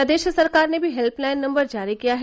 प्रदेश सरकार ने भी हेल्पलाइन नम्बर जारी किया है